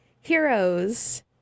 Heroes